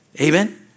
Amen